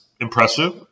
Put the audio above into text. impressive